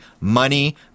money